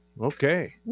okay